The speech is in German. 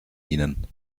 ihnen